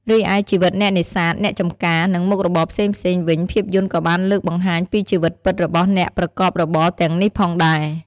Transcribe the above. រីឯជីវិតអ្នកនេសាទ អ្នកចម្ការ និងមុខរបរផ្សេងៗវិញភាពយន្តក៏បានលើកបង្ហាញពីជីវិតពិតរបស់អ្នកប្រកបរបរទាំងនេះផងដែរ ។